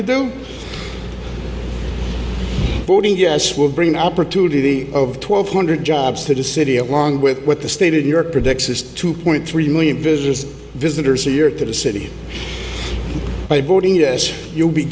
to do voting yes we'll bring opportunity of twelve hundred jobs to the city along with what the stated york predicts is two point three million visitors visitors a year to the city by voting yes you'll be